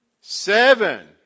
Seven